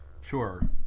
Sure